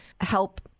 help